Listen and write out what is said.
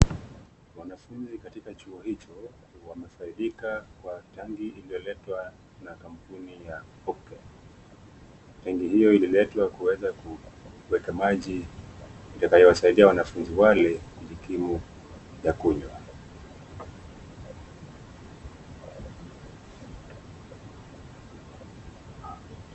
Wanafunzi katika chuo hicho wamefaidika kwa tanki iliyoletwa na kampuni ya Hopecare, tanki hiyo ililetwa kuweza kuweka maji itakayo wasaidia wanafunzi wale kujikimu ya kunywa.